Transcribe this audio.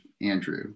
Andrew